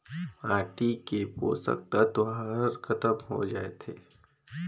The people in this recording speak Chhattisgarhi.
माटी के पोसक तत्व हर खतम होए जाथे